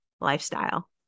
lifestyle